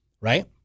right